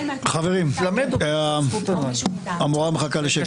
חברים, המורה מחכה לשקט.